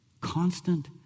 Constant